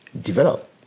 develop